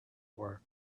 were